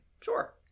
sure